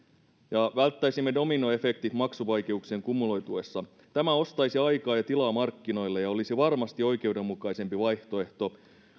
ja välttäisimme dominoefektit maksuvaikeuksien kumuloituessa tämä ostaisi aikaa ja tilaa markkinoilla ja olisi varmasti oikeudenmukaisempi vaihtoehto